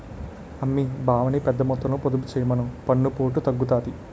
అమ్మీ బావని పెద్దమొత్తంలో పొదుపు చెయ్యమను పన్నుపోటు తగ్గుతాది